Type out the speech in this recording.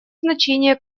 значение